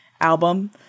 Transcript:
album